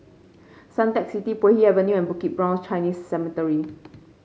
Suntec City Puay Hee Avenue and Bukit Brown Chinese Cemetery